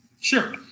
Sure